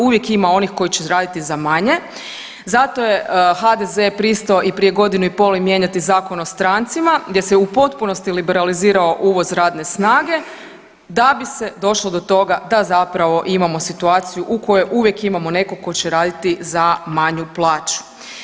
Uvijek ima onih koji će raditi za manje, zato je HDZ pristao i prije godinu i pol mijenjati Zakon o strancima, gdje se u potpunosti liberalizirao uvoz radne snage da bi se došlo do toga da zapravo imamo situaciju u kojoj uvijek imamo nekog tko će raditi za manju plaću.